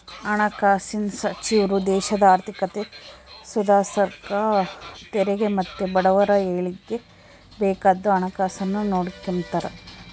ಹಣಕಾಸಿನ್ ಸಚಿವ್ರು ದೇಶದ ಆರ್ಥಿಕತೆ ಸುಧಾರ್ಸಾಕ ತೆರಿಗೆ ಮತ್ತೆ ಬಡವುರ ಏಳಿಗ್ಗೆ ಬೇಕಾದ್ದು ಹಣಕಾಸುನ್ನ ನೋಡಿಕೆಂಬ್ತಾರ